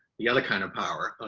the other kind of power,